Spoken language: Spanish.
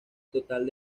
total